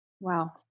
Wow